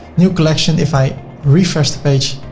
new collection, if i refresh the page,